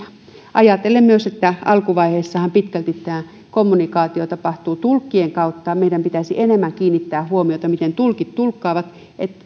ajatellen myös että alkuvaiheessahan kommunikaatio pitkälti tapahtuu tulkkien kautta meidän pitäisi enemmän kiinnittää huomiota miten tulkit tulkkaavat siihen